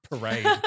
parade